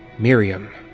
miriam,